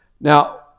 Now